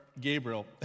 Gabriel